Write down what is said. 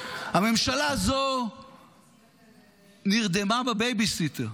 הממשלה הזו נרדמה בבייביסיטר,